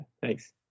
Thanks